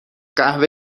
قهوه